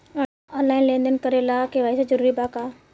Online लेन देन करे ला के.वाइ.सी जरूरी बा का?